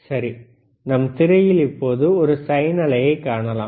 சரி நம் திரையில் இப்பொழுது ஒரு சைன் அலையை காணலாம்